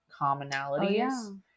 commonalities